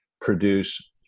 produce